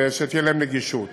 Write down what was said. שתהיה להם נגישות.